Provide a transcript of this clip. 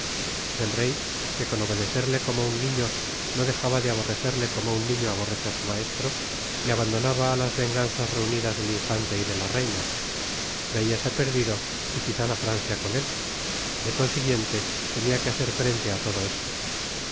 el rey que con obedecerle como un niño no dejaba de aborrecerle como un niño aborrece á su maestro le abandonaba á las venganzas reunidas del infante y de la reina veiase perdido y quizá la francia con él de consiguiente tenia que hacer frente á todo esto